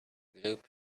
group